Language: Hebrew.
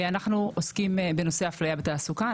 אנחנו עוסקים בנושא אפליה בתעסוקה,